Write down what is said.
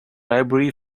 library